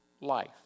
life